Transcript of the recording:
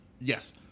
Yes